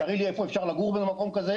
תראי לי איפה אפשר לגור במקום כזה,